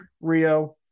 Rio